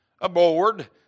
aboard